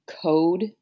code